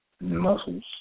muscles